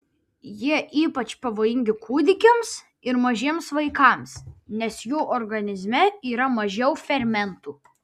jie ypač pavojingi kūdikiams ir mažiems vaikams nes jų organizme yra mažiau fermentų